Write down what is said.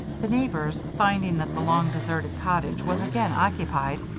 the neighbors, finding that the long-deserted cottage was again occupied,